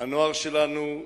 הנוער שלנו,